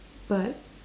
but